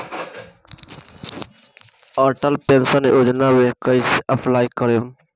Atal pension योजना मे कैसे अप्लाई करेम?